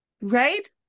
right